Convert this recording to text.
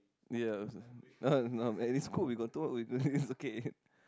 ya no man is cooked we got two out of this it's okay